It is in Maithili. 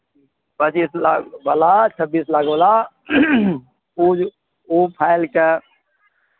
पच्चीस लाखवला छब्बीस लाखवला ओ ओ फाइलके